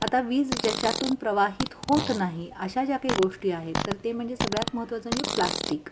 आता वीज ज्याच्यातून प्रवाहित होत नाही अशा ज्या काही गोष्टी आहेत तर ते म्हणजे सगळ्यात महत्त्वाचं म्हणजे प्लास्टिक